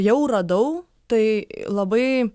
jau radau tai labai